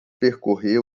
percorrer